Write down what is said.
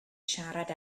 siarad